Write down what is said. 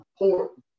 important